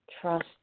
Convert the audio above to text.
Trust